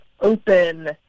open